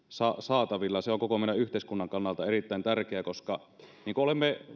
saatavilla se on koko meidän yhteiskunnan kannalta erittäin tärkeää koska niin kuin olemme